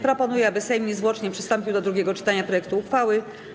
Proponuję, aby Sejm niezwłocznie przystąpił do drugiego czytania projektu uchwały.